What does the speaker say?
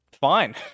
fine